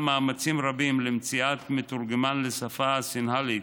מאמצים רבים למציאת מתורגמן לשפה הסינהלית,